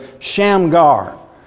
Shamgar